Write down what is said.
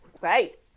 Right